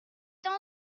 train